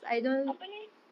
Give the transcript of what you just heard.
apa ni